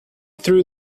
through